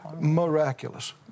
Miraculous